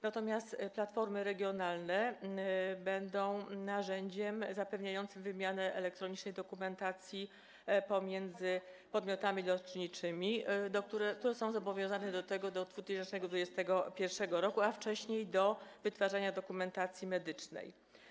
Natomiast platformy regionalne będą narzędziem zapewniającym wymianę elektronicznej dokumentacji pomiędzy podmiotami leczniczymi, które są zobowiązane do tego do 2021 r., a wcześniej - do wytwarzania dokumentacji medycznej.